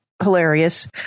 Hilarious